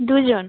দু জন